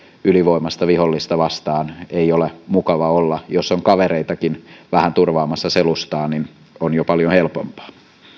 ylivoimaista vihollista vastaan ei ole mukava olla jos on kavereitakin vähän turvaamassa selustaa niin on jo paljon helpompaa